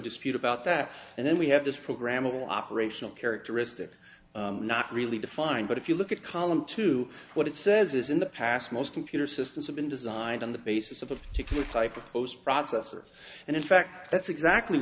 dispute about that and then we have this programmable operational characteristics not really defined but if you look at column two what it says is in the past most computer systems have been designed on the basis of a particular type of close processor and in fact that's exactly